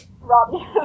Robbie